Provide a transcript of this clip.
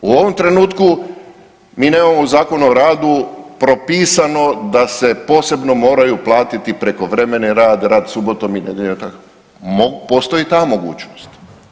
U ovom trenutku mi nemamo u Zakonu o radu propisano da se posebno moraju platiti prekovremeni rad, rad subotom, .../nerazumljivo/... postoji i ta mogućnost.